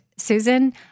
Susan